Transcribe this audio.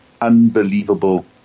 unbelievable